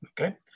okay